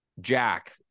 Jack